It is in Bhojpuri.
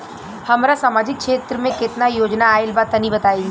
हमरा समाजिक क्षेत्र में केतना योजना आइल बा तनि बताईं?